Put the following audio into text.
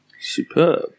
Superb